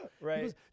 Right